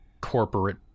corporate